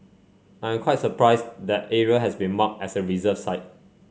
I'm quite surprised that area has been marked as a reserve site